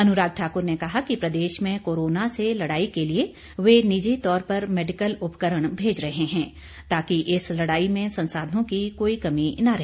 अनुराग ठाकुर ने कहा कि प्रदेश में कोरोना से लड़ाई के लिए वह निजी तौर पर मेडिकल उपकरण भेज रहे हैं ताकि इस लड़ाई में संसाधनों की कोई कमी न रहे